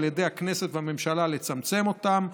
על ידי הכנסת והממשלה לצמצם אותם.